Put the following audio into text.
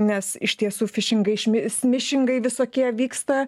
nes iš tiesų fišingai smišingai visokie vyksta